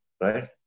right